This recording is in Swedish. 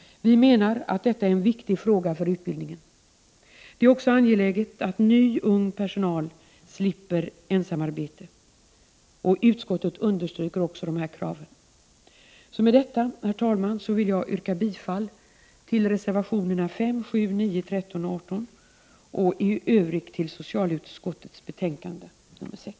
Detta är en viktig fråga för utbildningen. Det är också angeläget att ny, ung personal slipper ensamarbete. Utskottet understryker också dessa krav. Med detta, herr talman, vill jag yrka bifall till reservationerna 5, 7, 9, 13 och 18 och i övrigt till hemställan i socialutskottets betänkande 6.